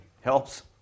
helps